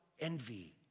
envy